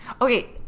Okay